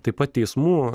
taip pat teismų